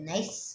Nice